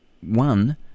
one